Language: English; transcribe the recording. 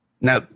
Now